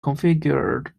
configured